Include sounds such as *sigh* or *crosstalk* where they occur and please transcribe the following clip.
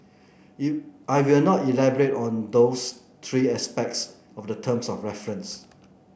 *unintelligible* I will now elaborate on those three aspects of the terms of reference